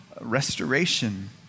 restoration